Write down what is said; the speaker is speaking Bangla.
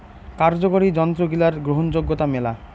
কার্যকরি যন্ত্রগিলার গ্রহণযোগ্যতা মেলা